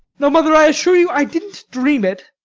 no, mother, i assure you i didn't dream it.